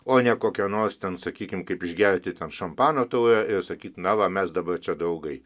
o ne kokia nors ten sakykim kaip išgerti šampano taurę ir sakyti na va mes dabar čia draugai